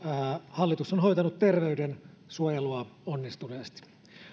hallitus on hoitanut terveydensuojelua onnistuneesti